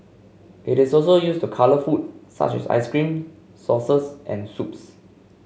it is also used to colour food such as ice cream sauces and soups